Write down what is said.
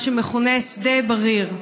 מה שמכונה שדה בריר.